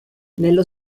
nello